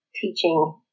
teaching